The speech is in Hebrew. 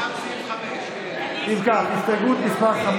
גם סעיף 5. אם כך, הסתייגות מס' 5,